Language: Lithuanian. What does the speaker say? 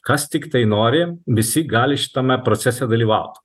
kas tiktai nori visi gali šitame procese dalyvaut